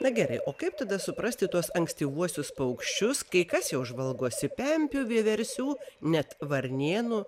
na gerai o kaip tada suprasti tuos ankstyvuosius paukščius kai kas jau žvalgosi pempių vieversių net varnėnų